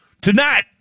Tonight